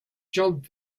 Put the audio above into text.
job